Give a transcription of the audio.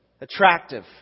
attractive